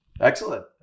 Excellent